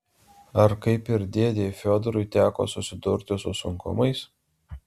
ar kaip ir dėdei fiodorui teko susidurti su sunkumais